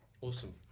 Awesome